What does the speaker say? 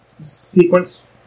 sequence